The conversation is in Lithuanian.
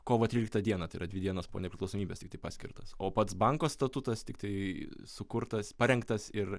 kovo tryliktą dieną tai yra dvi dienos po nepriklausomybės tiktai paskirtas o pats banko statutas tiktai sukurtas parengtas ir